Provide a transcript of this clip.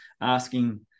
asking